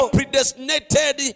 predestinated